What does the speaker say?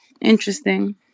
interesting